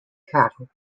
cattle